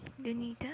Donita